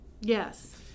Yes